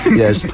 yes